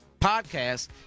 podcast